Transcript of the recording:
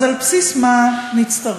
אז על בסיס מה נצטרף?